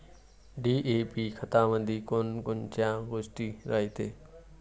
DAP खतामंदी कोनकोनच्या गोष्टी रायते?